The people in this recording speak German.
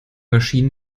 maschinen